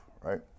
right